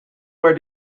where